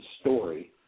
story